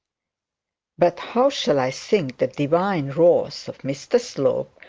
but how shall i sing the divine wrath of mr slope,